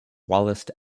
whilst